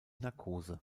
narkose